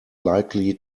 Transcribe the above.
likely